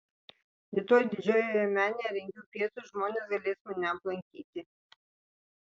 rytoj didžiojoje menėje rengiu pietus žmonės galės mane aplankyti